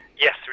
Yes